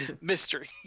mystery